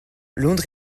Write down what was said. londres